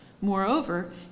Moreover